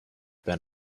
been